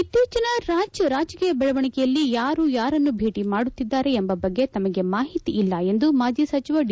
ಇತ್ತೀಚಿನ ರಾಜ್ಯ ರಾಜಕೀಯ ಬೆಳವಣಿಗೆಯಲ್ಲಿ ಯಾರು ಯಾರನ್ನು ಭೇಟಿ ಮಾಡುಕ್ತಿದ್ದಾರೆ ಎಂಬ ಬಗ್ಗೆ ತಮಗೆ ಮಾಹಿತಿ ಇಲ್ಲ ಎಂದು ಮಾಜಿ ಸಚಿವ ಡಿ